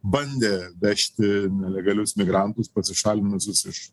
bandė vežti nelegalius migrantus pasišalinusius iš